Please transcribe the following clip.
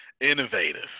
Innovative